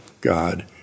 God